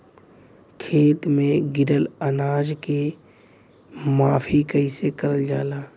खेत में गिरल अनाज के माफ़ी कईसे करल जाला?